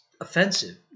offensive